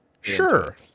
Sure